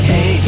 Hey